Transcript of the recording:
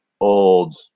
old